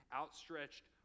outstretched